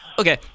Okay